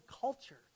culture